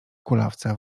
kulawca